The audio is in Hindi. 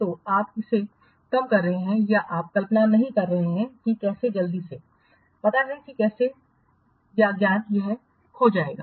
तो आप इसे कम कर रहे हैं या आप कल्पना नहीं कर रहे हैं कि कैसे जल्दी से पता है कि कैसे या ज्ञान यह खो जाएगा